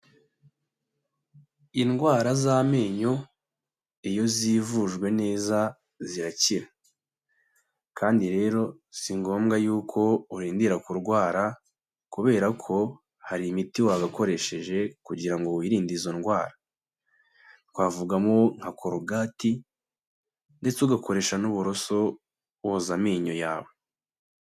Indwara z'amenyo iyo zivujwe neza zirakira kandi rero si ngombwa yuko urindira kurwara kubera ko hari imiti wagakoresheje kugira ngo wirinde izo ndwara, twavugamo nka korogati ndetse ugakoresha n'uburoso woza amenyo yawe.